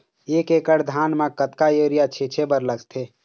एक एकड़ धान म कतका यूरिया छींचे बर लगथे?